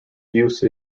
use